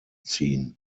ziehen